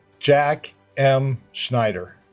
jack m. schneider